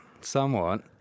Somewhat